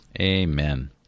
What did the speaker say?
Amen